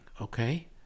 okay